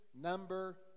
number